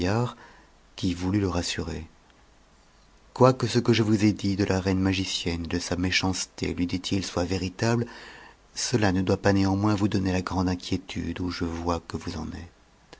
qui voulut le rassurer quoique ce que je vous ai dit de la reine magicienne et de sa méchanceté lui dit it soit véritable cela ne doit pas néanmoins vous donner la grande inquiétude où je vois que vous en êtes